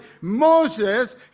Moses